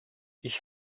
ich